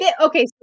Okay